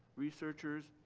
researchers,